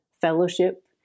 fellowship